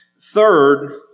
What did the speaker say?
Third